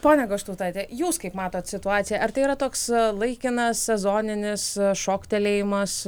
ponia goštautaite jūs kaip matot situaciją ar tai yra toks laikinas sezoninis šoktelėjimas